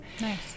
Nice